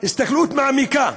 הסתכלות מעמיקה,